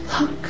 Look